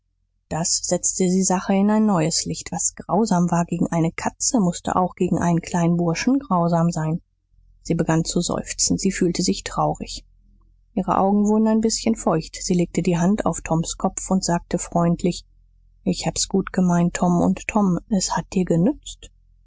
das setzte die sache in ein neues licht was grausam war gegen eine katze mußte auch gegen einen kleinen burschen grausam sein sie begann zu seufzen sie fühlte sich traurig ihre augen wurden ein bißchen feucht sie legte die hand auf toms kopf und sagte freundlich ich hab's gut gemeint tom und tom es hat dir genützt